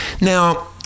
Now